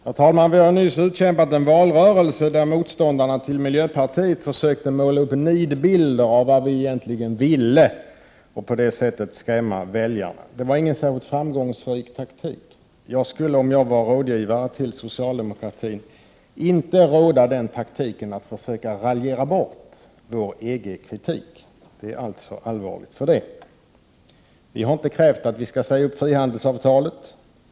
Herr talman! Vi har nyss utkämpat en valrörelse, där motståndarna till miljöpartiet försökte måla upp nidbilder av vad vi egentligen ville, för att på det sättet skrämma väljarna. Det var ingen särskild framgångsrik taktik. Om jag var rådgivare till socialdemokratin skulle jag inte förorda taktiken att försöka raljera bort vår EG-kritik. Den är alltför allvarlig för det. Vi har inte krävt att man skall säga-upp frihandelsavtalet.